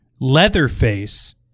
Leatherface